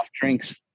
drinks